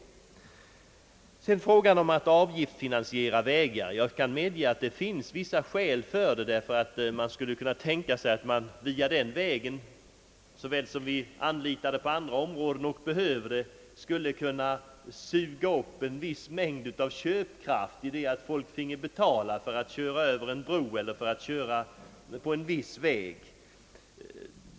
Vad beträffar frågan om att avgiftsfinansiera vägar kan jag medge att det finns vissa skäl för denna metod, ty det skulle kunna tänkas att man via det systemet, som vi anlitar även på andra områden där vi behöver det, skulle kunna suga upp en viss mängd köpkraft, genom att folk finge betala för att köra över en bro eller köra på en viss väg.